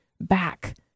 back